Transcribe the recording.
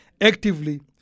actively